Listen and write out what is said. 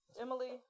Emily